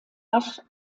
rasch